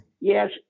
yes